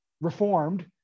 reformed